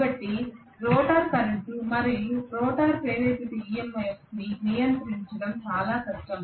కాబట్టి rotor current మరియు rotor ప్రేరేపిత EMF ని నియంత్రించడం చాలా కష్టం